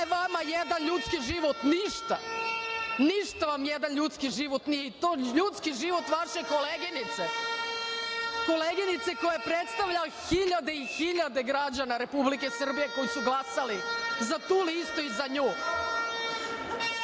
je vama jedan ljudski život? Ništa. Ništa vam jedan ljudski život nije i to ljudski život vaše koleginice, koleginice koja predstavlja hiljade i hiljade građana Republike Srbije koji su glasali za tu listu i za nju. Sram